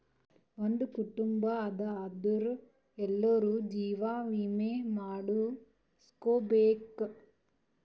ಒಂದ್ ಕುಟುಂಬ ಅದಾ ಅಂದುರ್ ಎಲ್ಲಾರೂ ಜೀವ ವಿಮೆ ಮಾಡುಸ್ಕೊಬೇಕ್